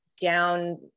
down